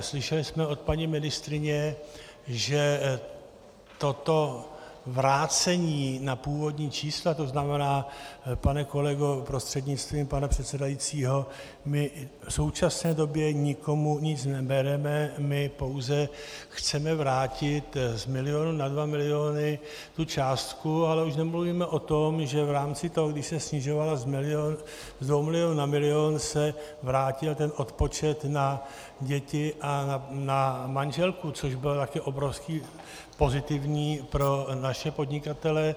Slyšeli jsme od paní ministryně, že toto vrácení na původní čísla, to znamená, pane kolego prostřednictvím pana předsedajícího, my v současné době nikomu nic nebereme, my pouze chceme vrátit z milionu na dva miliony tu částku, ale už nemluvíme o tom, že v rámci toho, když se snižovala z dvou milionů na milion, se vrátil ten odpočet na děti a na manželku, což bylo taky obrovsky pozitivní pro naše podnikatele.